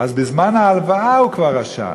אז בזמן ההלוואה הוא כבר רשע,